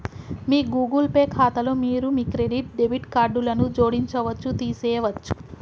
మీ Google Pay ఖాతాలో మీరు మీ క్రెడిట్, డెబిట్ కార్డులను జోడించవచ్చు, తీసివేయచ్చు